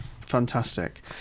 Fantastic